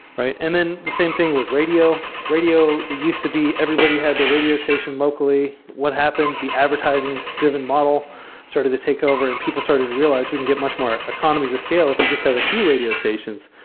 and then, the same thing with radio. radio used to be everybody had their radio station locally. what happened? the advertising driven model started to take over and people started to realize, we can get much more economies of scale if we just have a few radio stations.